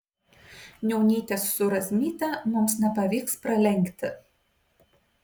niaunytės su razmyte mums nepavyks pralenkti